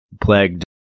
plagued